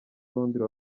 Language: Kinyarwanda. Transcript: londres